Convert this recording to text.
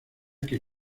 que